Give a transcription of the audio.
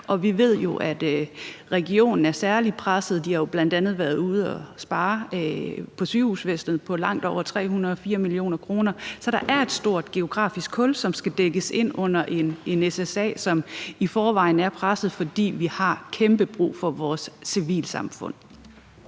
og vi ved jo, at regionen er særlig presset. Man har bl.a. været ude at spare langt over 304 mio. kr. på sygehusvæsenet, så der er et stort geografisk hul, som skal dækkes af SSA-reserven, som i forvejen er presset, fordi vi har enormt meget brug for vores civilsamfund.